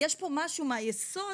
יש פה משהו מהיסוד